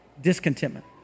discontentment